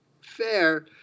fair